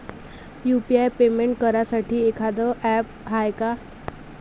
UPI payment करासाठी एखांद app हाय का?